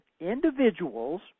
individuals